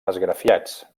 esgrafiats